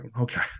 okay